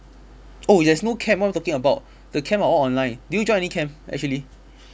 oh there's no camp what am I talking about the camp are all online did you join any camp actually